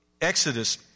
Exodus